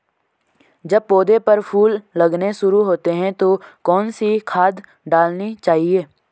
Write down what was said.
जब पौधें पर फूल लगने शुरू होते हैं तो कौन सी खाद डालनी चाहिए?